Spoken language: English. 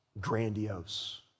grandiose